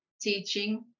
teaching